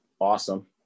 awesome